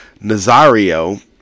Nazario